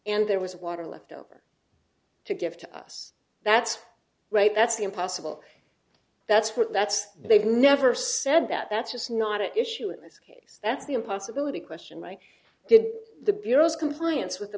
and there was water left over to give to us that's right that's impossible that's what that's they've never said that that's just not an issue in this case that's the impassibility question mike did the bureau's compliance with the